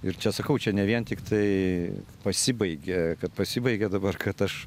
ir čia sakau čia ne vien tiktai pasibaigė kad pasibaigė dabar kad aš